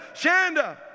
Shanda